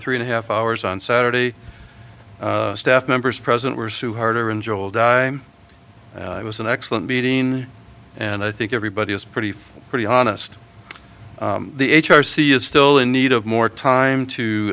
three and a half hours on saturday staff members present were sue her and joel dime it was an excellent meeting and i think everybody is pretty pretty honest the h r c is still in need of more time to